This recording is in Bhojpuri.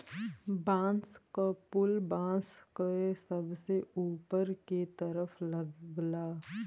बांस क फुल बांस के सबसे ऊपर के तरफ लगला